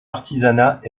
artisanat